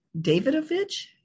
Davidovich